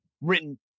written